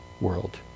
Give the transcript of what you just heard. world